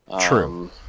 True